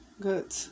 Good